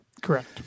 Correct